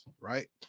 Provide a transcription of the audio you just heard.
right